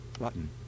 Button